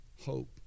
Hope